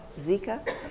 Zika